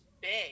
big